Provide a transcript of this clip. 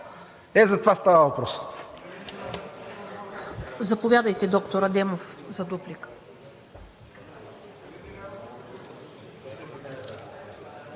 Ето за това става въпрос.